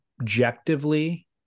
objectively